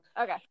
Okay